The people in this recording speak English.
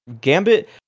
Gambit